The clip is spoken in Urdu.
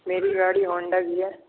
میری گاڑی ہونڈا کی ہے